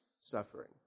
suffering